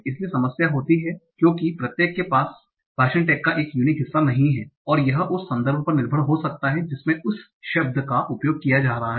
इसलिए समस्या होती है क्योंकि प्रत्येक के पास भाषण टैग का एक युनीक हिस्सा नहीं है और यह उस संदर्भ पर निर्भर हो सकता है जिसमें इस शब्द का उपयोग किया जा रहा है